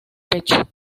pecho